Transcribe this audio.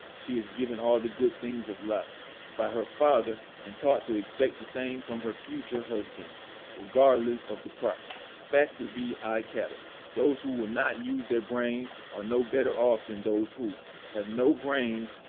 she is given all the good things of life by her father, and taught to expect the same from her future husband regardless of the price. factor vi cattle those who will not use their brains are no better off than those who have no brains,